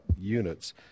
units